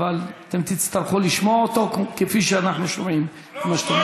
אבל אתם תצטרכו לשמוע אותו כפי שאנחנו שומעים מה שאתם אומרים.